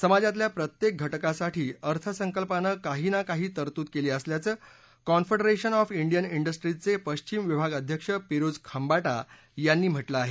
समाजातल्या प्रत्येक घटकासाठी अर्थसंकल्पानं काही ना काही तरतूद केली असल्याचं कॉनफेडरेशन ऑफ इंडियन इंडस्ट्रीजचे पश्विम विभाग अध्यक्ष पिरुज खंबाटा यांनी म्हटलं आहे